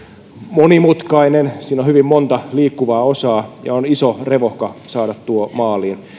monimutkainen siinä on hyvin monta liikkuvaa osaa ja on iso revohka saada tuo maaliin